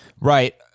Right